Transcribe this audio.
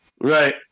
Right